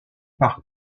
par